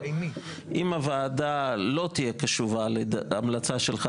אם הוועדה לא תהיה קשובה להמלצה שלך